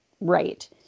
right